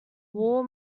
war